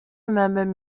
remembered